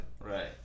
Right